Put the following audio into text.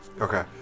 Okay